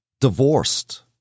divorced